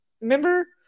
remember